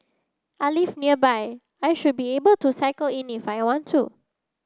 I live nearby I should be able to cycle in if I want to